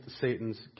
Satan's